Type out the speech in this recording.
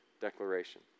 declaration